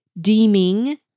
deeming